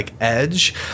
edge